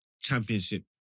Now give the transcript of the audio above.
championship